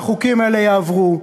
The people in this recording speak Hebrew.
שהחוקים האלה יעברו.